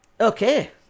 Okay